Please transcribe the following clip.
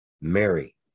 Mary